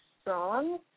strong